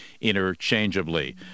interchangeably